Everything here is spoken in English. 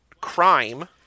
crime